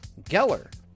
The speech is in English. Geller